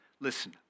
listen